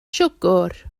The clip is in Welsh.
siwgr